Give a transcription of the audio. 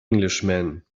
englishman